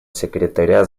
секретаря